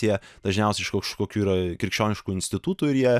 tie dažniausiai iš kažkokių yra krikščioniškų institutų ir jie